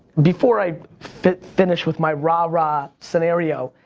before i finish finish with my rah rah scenario,